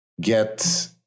Get